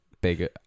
big